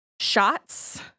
shots